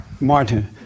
Martin